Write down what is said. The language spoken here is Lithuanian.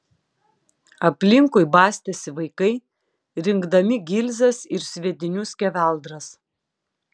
aplinkui bastėsi vaikai rinkdami gilzes ir sviedinių skeveldras